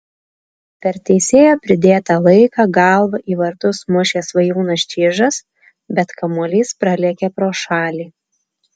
per teisėjo pridėtą laiką galva į vartus mušė svajūnas čyžas bet kamuolys pralėkė pro šalį